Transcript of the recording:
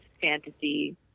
fantasy